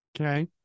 Okay